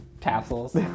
Tassels